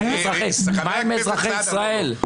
מה עם אזרחי ישראל?